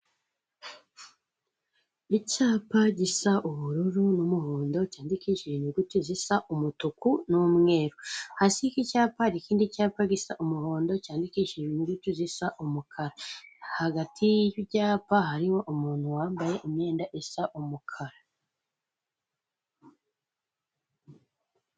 Icyapa gisa ubururu n'umuhondo, cyandikishije inyuguti zisa umutuku n'umweru; hasi y'iki cyapa hari ikindi cyapa gisa umuhondo cyandikishije inyuguti zisa umukarah. Hagati y'ibi byapa hariho umuntu wambaye imyenda isa umukara.